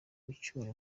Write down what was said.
gucyura